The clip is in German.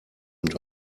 und